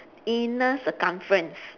inner circumference